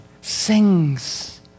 sings